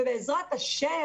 בעזרת ה',